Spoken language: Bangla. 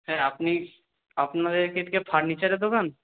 হ্যাঁ আপনি আপনাদের কি ফার্নিচারের দোকান